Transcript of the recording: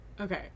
Okay